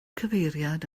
cyfeiriad